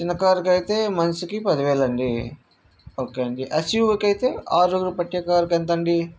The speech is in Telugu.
చిన్న కారుకైతే మనిషికి పదివేలు అండి ఓకే అండి ఎస్యువికి అయితే ఒక ఆరుగురు పట్టే కారుకు ఎంతండీ